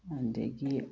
ꯑꯗꯒꯤ